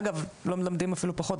אגב לא מלמדים אפילו פחות,